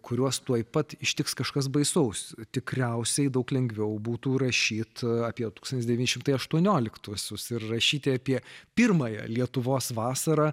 kuriuos tuoj pat ištiks kažkas baisaus tikriausiai daug lengviau būtų rašyti apie tūkstantis devyni šimtai aštuonioliktuosius ir rašyti apie pirmąją lietuvos vasarą